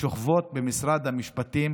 ששוכבות במשרד המשפטים